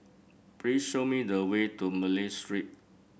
please show me the way to Malay Street